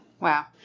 Wow